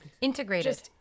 Integrated